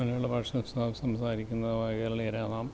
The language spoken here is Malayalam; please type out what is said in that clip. അങ്ങനെ ഉള്ള ഭാഷ സംസാരിക്കുന്ന കേരളീയരാകാം